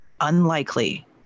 unlikely